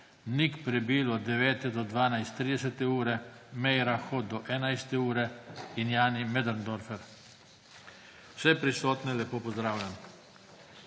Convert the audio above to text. Nik Prebil od 9.00 do 12.30, mag. Meira Hot do 11. ure in Jani Möderndorfer. Vse prisotne lepo pozdravljam!